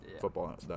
football